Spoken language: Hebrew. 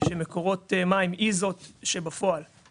שהעובדים של מקורות מים הם אלה שתחזקו